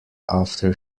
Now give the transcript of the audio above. after